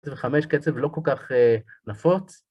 קצב חמש, קצב לא כל כך נפוץ.